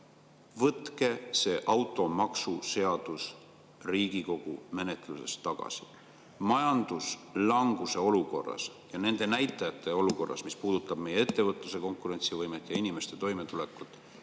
võtke see automaksuseadus Riigikogu menetlusest tagasi. Majanduslanguse olukorras ja nende näitajate tõttu, mis puudutavad meie ettevõtluse konkurentsivõimet ja inimeste toimetulekut,